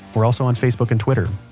we're also on facebook and twitter.